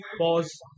pause